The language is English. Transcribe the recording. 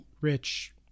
rich